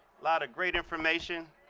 lot of great information